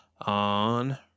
on